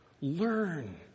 learn